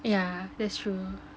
yeah that's true